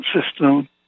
system